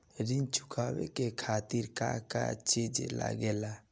ऋण चुकावे के खातिर का का चिज लागेला?